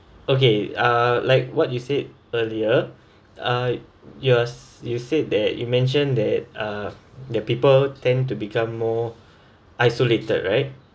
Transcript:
okay uh like what you said earlier uh your are sa~ you said that you mentioned that uh the people tend to become more isolated right